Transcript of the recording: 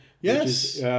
Yes